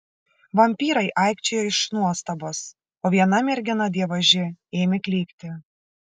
vampyrai aikčiojo iš nuostabos o viena mergina dievaži ėmė klykti